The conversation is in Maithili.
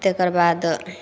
तेकरबाद